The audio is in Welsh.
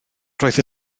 roedd